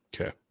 Okay